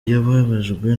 yababajwe